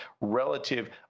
relative